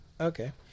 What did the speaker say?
Okay